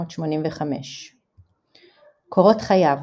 1982–1985. קורות חייו